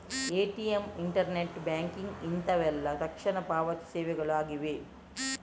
ATM, internet banking ಇಂತವೆಲ್ಲ ತಕ್ಷಣದ ಪಾವತಿ ಸೇವೆಗಳು ಆಗಿವೆ